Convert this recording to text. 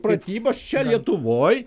pratybas čia lietuvoj